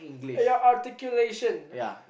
your articulation